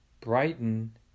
brighten